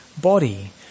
body